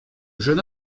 jeune